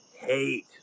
hate